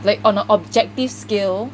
like on a objective scale